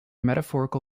metaphorical